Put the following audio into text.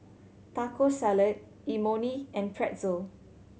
Taco Salad Imoni and Pretzel